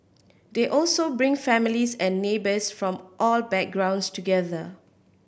they also bring families and neighbours from all backgrounds together